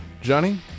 Johnny